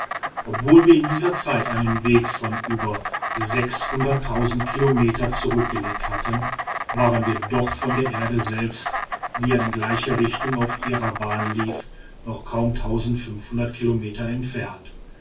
obwohl wir in dieser zeit einen weg von über kilometer zurückgelegt hatten waren wir doch von der erde selbst die ja in gleicher richtung auf ihrer bahn hinlief noch kaum kilometer entfernt